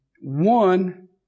One